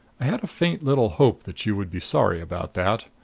i had a faint little hope that you would be sorry about that.